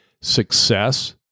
success